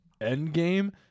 Endgame